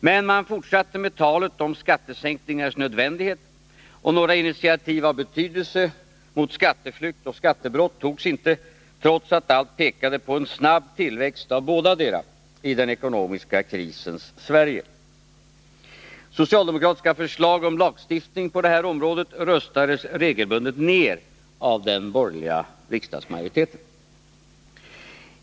Men man fortsatte med talet om skattesänkningens nödvändighet, och några initiativ av betydelse mot skatteflykt och skattebrott togs, inte trots att allt pekade på en snabb tillväxt av bådadera i den ekonomiska krisens Sverige. Socialdemokratiska förslag om lagstiftning på detta område röstades regelbundet ner av den borgerliga riksdagsmajoriteten.